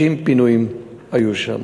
50 פינויים היו שם,